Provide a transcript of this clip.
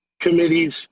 committee's